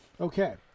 Okay